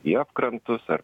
jav krantus ar